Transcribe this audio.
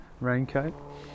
raincoat